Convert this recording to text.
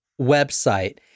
website